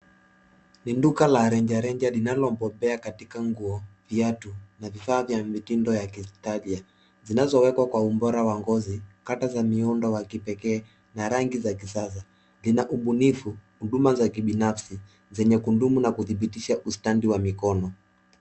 Ni duka la rejereja linalobobea katika nguo, viatu na vifaa ya mitindo ya kiitalia zinazowekwa kwa ubora wa ngozi mkata za miundo wa kipekee na rangi za kisasa. Lina ubunifu huduma za kibinafsi zenye kudumu na kudhibitisha ustandi wa mikono.